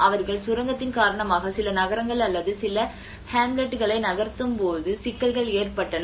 அவர்கள் சுரங்கத்தின் காரணமாக சில நகரங்கள் அல்லது சில ஹேம்லெட்களை நகர்த்தும்போது சிக்கல்கள் ஏற்பட்டன